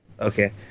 Okay